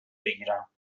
بگیرم